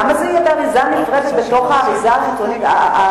למה שזה יהיה באריזה נפרדת, בתוך האריזה הפנימית?